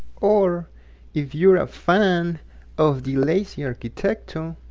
or if you're a fan of the lazy arquitecto,